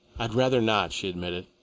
i'd rather not, she admitted.